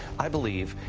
i believe,